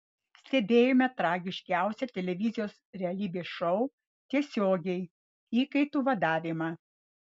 stebėjome tragiškiausią televizijos realybės šou tiesiogiai įkaitų vadavimą